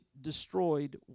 destroyed